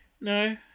No